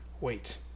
wait